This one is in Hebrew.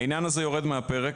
העניין הזה יורד מהפרק,